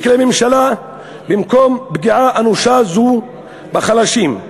לממשלה במקום פגיעה אנושה זו בחלשים.